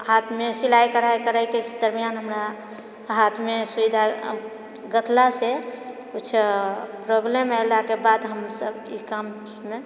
हाथमे सिलाइ कढ़ाइ करैके दरमियाँ हमरा हाथ मे सुइ धागा गथला से किछु प्रोब्लम एलाकेँ बाद हमसभ ई काममे